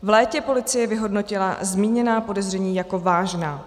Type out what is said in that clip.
V létě policie vyhodnotila zmíněná podezření jako vážná.